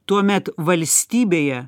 tuomet valstybėje